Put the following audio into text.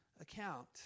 account